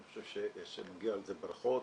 אני חושב שמגיע על זה ברכות.